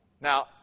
Now